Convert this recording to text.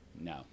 No